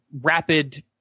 rapid